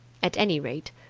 at any rate,